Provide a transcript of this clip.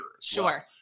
Sure